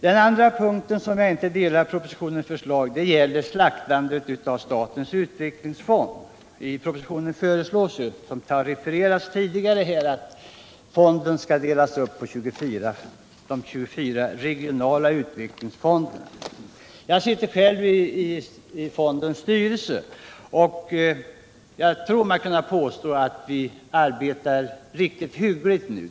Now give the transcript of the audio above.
Den andra punkten där jag inte delar propositionens förslag gäller slaktandet av statens utvecklingsfond. I propositionen föreslås, som har refererats tidigare, att fonden skall delas upp på 24 regionala utvecklingsfonder. Jag sitter själv i fondens styrelse, och man kan påstå att vi arbetar hyggligt nu.